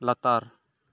ᱞᱟᱛᱟᱨ